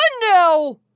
now